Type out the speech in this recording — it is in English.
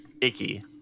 icky